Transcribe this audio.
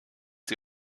sie